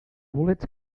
bolets